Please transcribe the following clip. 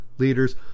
leaders